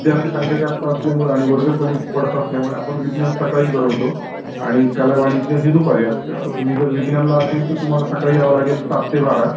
विद्यार्थी संख्या जास्त असल्यामुळं आणि वर्ग कमी पडत असल्यामुळे आपण विज्ञान सकाळी भरवतो आणि कला वाणिज्य हे दुपारी असतं आता तुम्ही जर विज्ञानला असेल तर तुम्हाला सकाळी यावं लागेल सात ते बारा